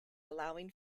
allowing